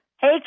Hey